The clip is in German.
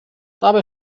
dabei